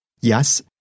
Yes